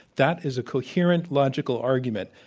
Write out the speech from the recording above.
that is a coherent logical argument,